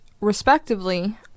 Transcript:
respectively